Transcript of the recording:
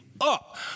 up